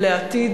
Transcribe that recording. לעתיד